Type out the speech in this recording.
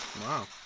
Wow